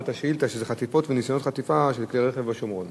רק נזכיר את השאילתא: חטיפות וניסיונות חטיפה של כלי-רכב בשומרון.